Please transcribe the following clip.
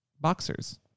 boxers